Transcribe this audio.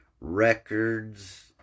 Records